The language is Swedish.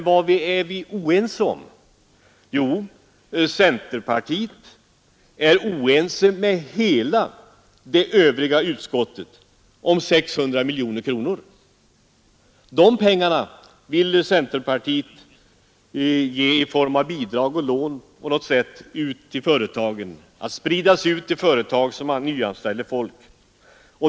Vad är vi då oense om? Jo, centerpartiet är oense med hela det övriga utskottet om 600 miljoner kronor. De pengarna vill centern i form av bidrag och lån på något sätt sprida ut till företag som nyanställer folk.